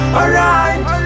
alright